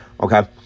Okay